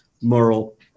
moral